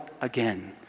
again